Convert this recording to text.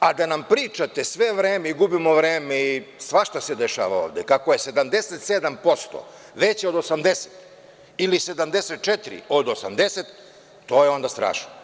a da nam pričate sve vreme i gubimo vreme i svašta se dešava ovde, kako je 77% veće od 80, ili 74 od 80, to je onda strašno.